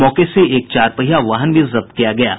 मौके से एक चार पहिया वाहन भी जब्त किया गया है